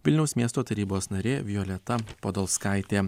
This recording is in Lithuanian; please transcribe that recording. vilniaus miesto tarybos narė violeta podolskaitė